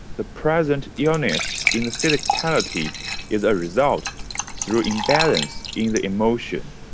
the present illness in the physicality is a result through imbalance in the emotion.